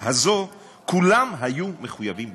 הזו כולם היו מחויבים בשקיפות,